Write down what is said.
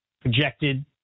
projected